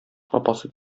апасы